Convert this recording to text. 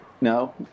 No